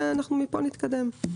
ומפה נתקדם.